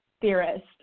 theorist